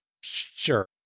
Sure